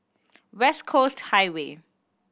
West Coast Highway